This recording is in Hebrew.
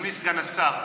אדוני סגן השר,